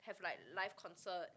have like live concert